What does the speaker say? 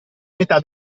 metà